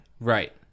right